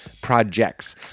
projects